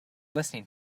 listening